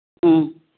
ꯎꯝ